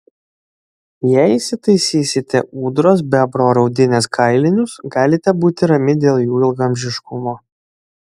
jei įsitaisysite ūdros bebro ar audinės kailinius galite būti rami dėl jų ilgaamžiškumo